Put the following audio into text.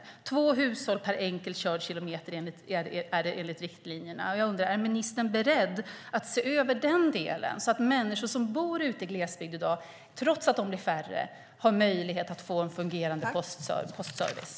Det är två hushåll per enkelt körd kilometer enligt riktlinjerna. Jag undrar: Är ministern beredd att se över den delen så att människor som bor ute i glesbygd i dag, trots att de blir färre, har möjlighet att få en fungerande postservice?